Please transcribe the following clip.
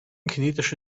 kinetische